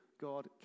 God